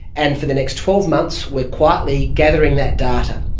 and for the next twelve months we are quietly gathering that data.